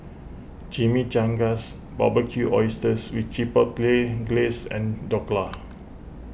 Chimichangas Barbecued Oysters with Chipotle Glaze and Dhokla